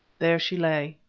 there she lay,